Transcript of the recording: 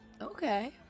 Okay